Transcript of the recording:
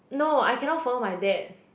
no I cannot follow my dad